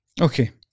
okay